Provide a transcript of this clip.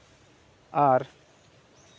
ᱟᱨ